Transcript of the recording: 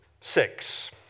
six